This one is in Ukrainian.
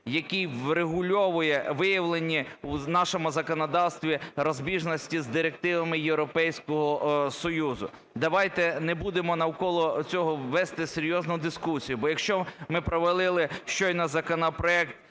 який врегульовує виявлені в нашому законодавстві розбіжності з директивами Європейського Союзу. Давайте не будемо навколо цього вести серйозну дискусію. Бо якщо ми провалили щойно законопроект